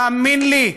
תאמין לי,